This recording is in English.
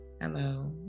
Hello